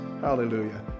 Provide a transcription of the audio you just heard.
Hallelujah